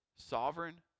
sovereign